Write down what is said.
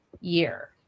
year